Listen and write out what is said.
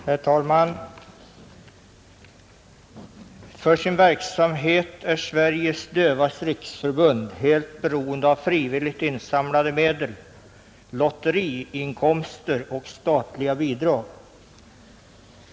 Herr talman! För sin verksamhet är Sveriges dövas riksförbund helt beroende av frivilligt insamlade medel, lotteriinkomster och statliga bidrag.